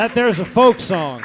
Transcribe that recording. that there is a folk so